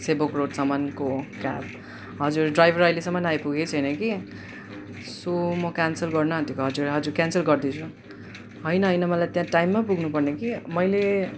सेभोक रोडसम्मको क्याब हजुर ड्राइभर अहिलेसम्म आइपुगेको छैन कि सो म क्यान्सल गर्न आँटेको हजुर हजुर क्यान्सल गर्दैछु होइन होइन मलाई त्या टाइममा पुग्नुपर्ने कि मैले